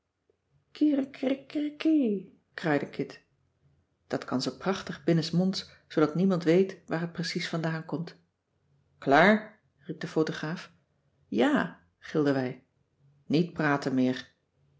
niet voor in kirekirekirekiiii kraaide kit dat kan ze prachtig binnensmonds zoodat niemand weet waar het precies vandaan komt klaar riep de photograaf ja gilden wij niet praten meer